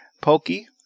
Pokey